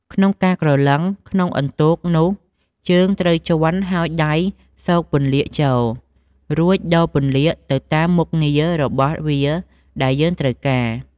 ក្នុងការក្រឡឹងក្នុងអន្ទោកនោះ ជើងត្រូវជាន់ ហើយដៃស៊កពន្លាកចូល រួចដូរពន្លាកទៅតាមមុខងាររបស់វាដែលយើងត្រូវការ។